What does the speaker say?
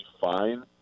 fine